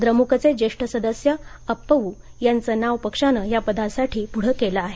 द्रमुकचे ज्येष्ठ सदस्य अप्पवू याचं नाव पक्षानं या पदासाठी पुढं केलं आहे